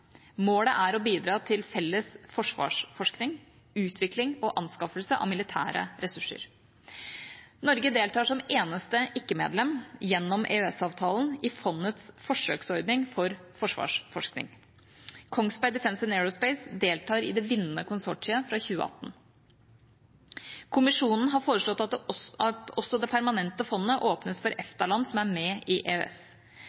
Målet er å bidra til felles forsvarsforskning, utvikling og anskaffelse av militære ressurser. Norge deltar som eneste ikke-medlem, gjennom EØS-avtalen, i fondets forsøksordning for forsvarsforskning. Kongsberg Defence & Aerospace deltar i det vinnende konsortiet fra 2018. Kommisjonen har foreslått at også det permanente fondet åpnes for